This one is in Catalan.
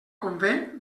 convé